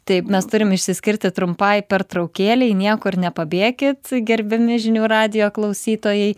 taip mes turim išsiskirti trumpai pertraukėlei niekur nepabėkit gerbiami žinių radijo klausytojai